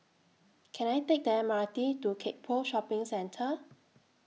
Can I Take The M R T to Gek Poh Shopping Centre